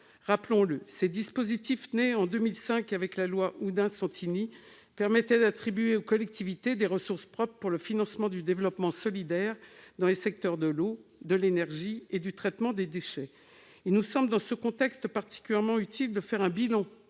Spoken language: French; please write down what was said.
Rappelons-le : ces dispositifs nés en 2005 avec la loi Oudin-Santini permettent d'attribuer aux collectivités des ressources propres pour le financement du développement solidaire dans les secteurs de l'eau, de l'énergie et du traitement des déchets. Dans ce contexte, il nous semble particulièrement utile de faire une